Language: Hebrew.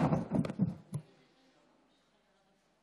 הכנסת, מזכירת הכנסת,